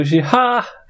Ha